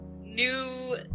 new